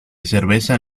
cerveza